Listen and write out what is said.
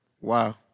Wow